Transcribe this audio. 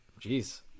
Jeez